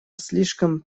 слишком